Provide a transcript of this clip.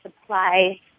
supply